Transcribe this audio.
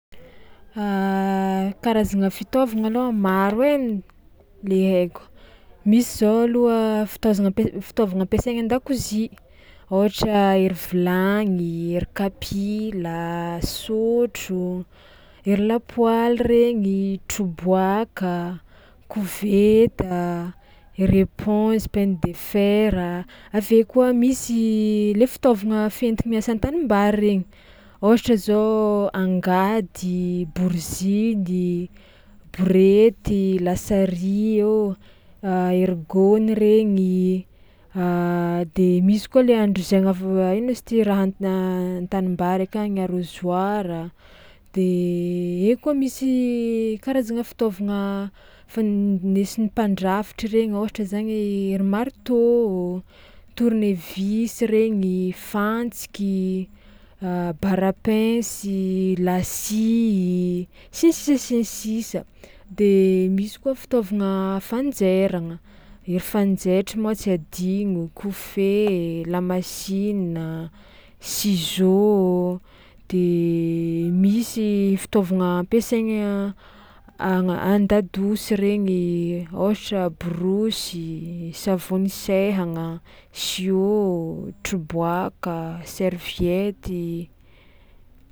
Karazagna fitaovagna alôha maro e n- le haiko: misy zao aloha fitaozana ampe- fitaovagna ampiasaigna an-dakozia ôhatra ery vilagny, ery kapila, sotro, ery lapoaly regny, troboàka, koveta, ery epônzy, paille de fer; avy eo koa misy le fitaovagna fenti-miasa an-tanimbary regny ôhatra zao angady, boriziny, borety, lasaria ô, ery gôny regny, de misy koa le andrizagnavo a ino izy ty raha an- an-tanimbary akagny arrosoir a; de eo koa misy karazagna fitaovagna fan- nesin'ny mpandrafitra regny ôhatra zany ery marteau, tounevis regny, fantsiky, barra à pince, lasia sy ny sisa sy ny sisa; de misy koa fitaovagna fanjairagna: ery fanjaitry moa tsy adigno, kofehy, lamasinina, ciseau; de misy fitaovagna ampiasaigna agna- an-dadosy regny ôhatra borosy, savony isaihagna, siô, troboàka, serviety.